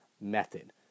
method